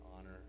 honor